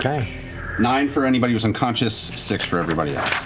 kind of nine for anybody who's unconscious, six for everybody yeah